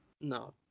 No